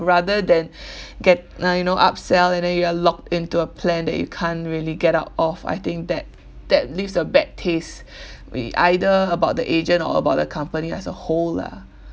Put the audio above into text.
rather than get now you know upsell and then you are locked into a plan that you can't really get out of I think that that leaves a bad taste with either about the agent or about the company as a whole lah